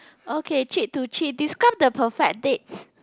okay cheat to cheat describe the perfect dates